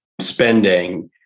spending